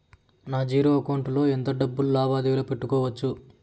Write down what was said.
నా zero account లో ఎంత డబ్బులు లావాదేవీలు పెట్టుకోవచ్చు?